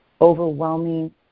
overwhelming